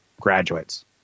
graduates